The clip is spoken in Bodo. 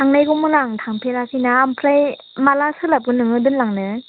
थांनायगौमोन आं थांफेराखैना ओमफ्राय माला सोलाबगोन नोङो दोनलांनो